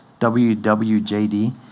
WWJD